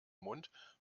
mund